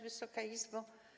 Wysoka Izbo!